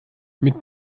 mit